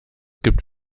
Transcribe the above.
gibt